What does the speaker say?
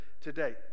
today